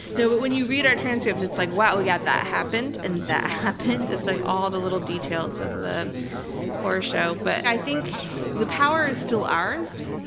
you know but when you read our transcripts it's like, wow. yeah that happened, and that happened. it's like all the little details of the horror show. but i think the power is still ours,